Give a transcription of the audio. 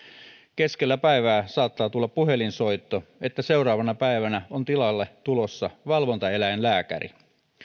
keskellä päivää saattaa tulla puhelinsoitto että seuraavana päivänä on tilalle tulossa valvontaeläinlääkäri